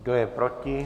Kdo je proti?